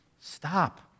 Stop